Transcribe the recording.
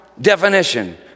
definition